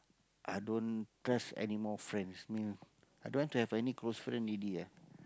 i don't trust any more friends mean i don't want to have any close friends already ah